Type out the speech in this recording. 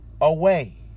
away